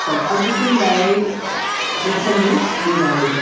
त अॻिते लाइ रिफंड ॾियाओ